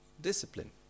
Discipline